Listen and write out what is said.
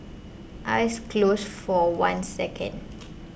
eyes closed for one second